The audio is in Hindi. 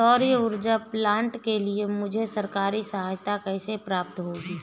सौर ऊर्जा प्लांट के लिए मुझे सरकारी सहायता कैसे प्राप्त होगी?